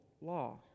law